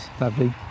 lovely